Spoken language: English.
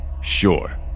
Sure